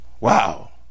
wow